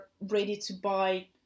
ready-to-buy